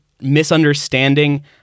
misunderstanding